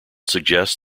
suggests